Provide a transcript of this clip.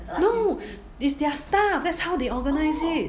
no it's their staff that's how they organise it